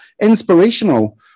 inspirational